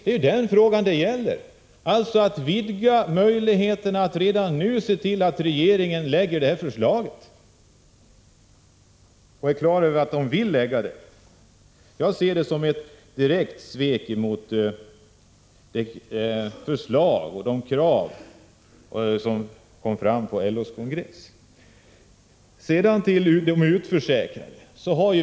Det gäller alltså att vidga möjligheterna att redan nu se till att regeringen lägger fram detta förslag — annars är det ett direkt svek mot förslagen och kraven på LO-kongressen. Sedan till utförsäkringen.